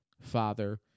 father